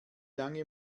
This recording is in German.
lange